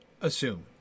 assume